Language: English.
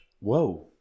Whoa